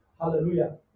Hallelujah